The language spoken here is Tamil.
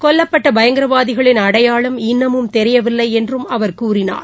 கொல்லப்பட்டபயங்கரவாதிகளின் அடையாளம் இன்னமும் தெரியவிலலைஎன்றும் அவர் கூறினார்